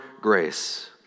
grace